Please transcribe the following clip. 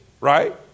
right